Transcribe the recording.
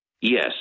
Yes